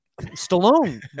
Stallone